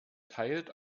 teilt